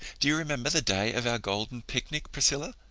do you remember the day of our golden picnic, priscilla?